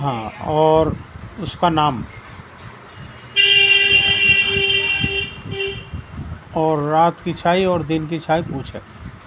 ہاں اور اس کا نام اور رات کی چھائی اور دن کی چھائی پوچھا